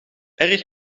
erg